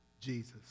Jesus